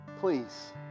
please